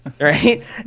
Right